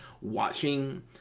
watching